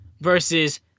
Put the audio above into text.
versus